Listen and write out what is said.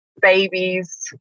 babies